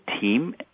team